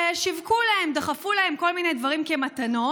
ששיווקו להם, דחפו להם כל מיני דברים כמתנות,